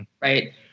right